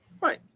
Right